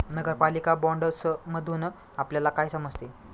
नगरपालिका बाँडसमधुन आपल्याला काय समजते?